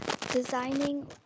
designing